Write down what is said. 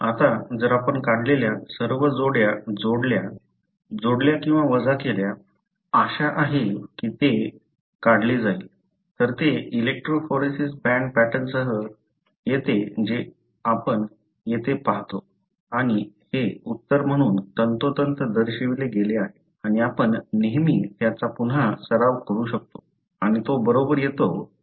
आता जर आपण काढलेल्या सर्व जोड्या जोडल्या जोडल्या किंवा वजा केल्या आशा आहे की ते काढले जाईल तर ते इलेक्ट्रोफोरेसीस बँड पॅटर्नसह येते जे आपण येथे पाहतो आणि हे उत्तर म्हणून तंतोतंत दर्शविले गेले आहे आणि आपण नेहमी त्याचा पुन्हा सराव करू शकतो आणि तो बरोबर येतो का ते पाहू शकतो